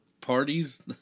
parties